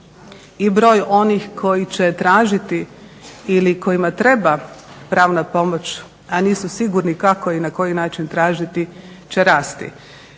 i broj onih koji će tražiti ili kojima treba pravna pomoć a nisu sigurni kako i na koji način tražiti će rasti.